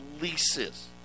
leases